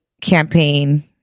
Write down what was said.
campaign